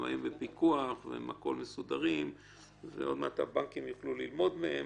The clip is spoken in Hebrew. הם בפיקוח ומסודרים ועוד מעט הבנקים יוכלו ללמוד מהם,